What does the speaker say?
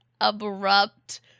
abrupt